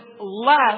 less